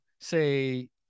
say